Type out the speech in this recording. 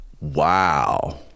Wow